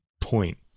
point